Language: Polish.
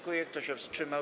Kto się wstrzymał?